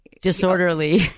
Disorderly